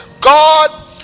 God